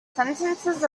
sentences